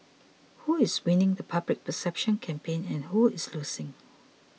who is winning the public perception campaign and who is losing